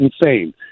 insane